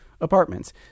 apartments